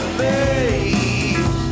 face